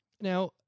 Now